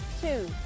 two